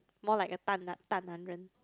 more like a 大男人